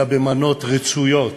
אלא במנות רצויות